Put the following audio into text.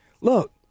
look